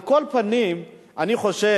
על כל פנים, אני חושב